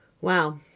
Wow